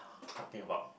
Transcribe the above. nothing about